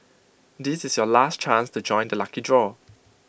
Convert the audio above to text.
this is your last chance to join the lucky draw